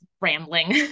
rambling